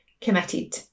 committed